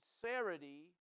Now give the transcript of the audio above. sincerity